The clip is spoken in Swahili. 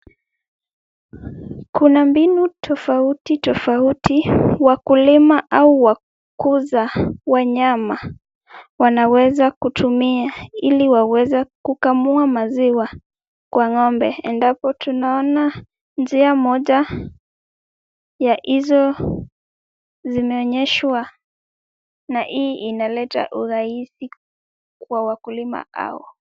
Kuna mbinu tofauti tofauti wakulima au wakuza wanyama wanaweza kutumia ili waweze kukamua maziwa kwa ng'ombe, endapo tunaona njia moja ya hizo zimeonyeshwa na hii inaleta urahisi kwa wakulima hao.